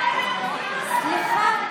סליחה,